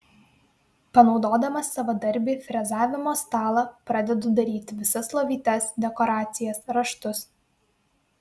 panaudodamas savadarbį frezavimo stalą pradedu daryti visas lovytės dekoracijas raštus